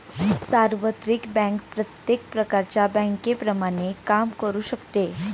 सार्वत्रिक बँक प्रत्येक प्रकारच्या बँकेप्रमाणे काम करू शकते